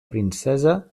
princesa